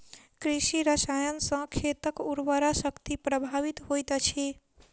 कृषि रसायन सॅ खेतक उर्वरा शक्ति प्रभावित होइत अछि